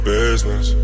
business